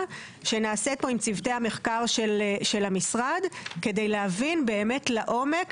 שנעשית פה עם צוות המחקר של המשרד כדי להבין באמת לעומק,